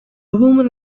woman